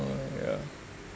oh yeah